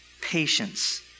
patience